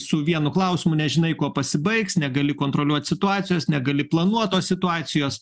su vienu klausimu nežinai kuo pasibaigs negali kontroliuot situacijos negali planuot tos situacijos